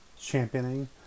championing